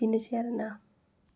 बिदिनोसै आरो ना